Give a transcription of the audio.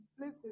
Please